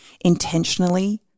intentionally –